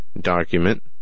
document